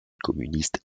communiste